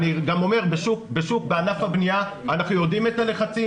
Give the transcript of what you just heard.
אני גם אומר שבענף הבנייה אנחנו יודעים את הלחצים,